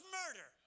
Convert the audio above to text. murder